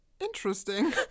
Interesting